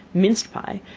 minced-pie,